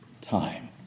time